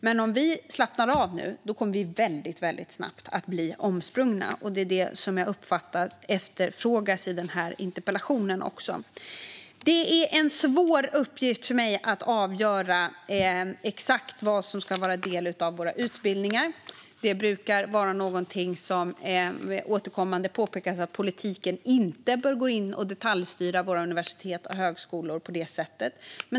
Men om vi slappnar av nu kommer vi väldigt snabbt att bli omsprungna, och det är detta som jag uppfattar att interpellanten frågar om i sin interpellation. Det är en svår uppgift för mig att avgöra exakt vad som ska vara del av våra utbildningar. Det brukar återkommande påpekas att politiken inte bör gå in och detaljstyra våra universitet och högskolor på det sättet.